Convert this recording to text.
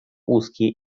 узкие